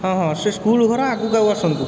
ହଁ ହଁ ସେ ସ୍କୁଲ୍ ଘର ଆଗକୁ ଆଉ ଆସନ୍ତୁ